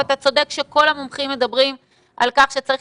אתה צודק שכל המומחים מדברים על כך שצריך